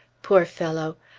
poor fellow!